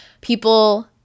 people